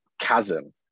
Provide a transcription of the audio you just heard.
chasm